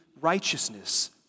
righteousness